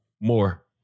more